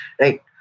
right